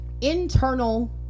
internal